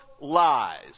lies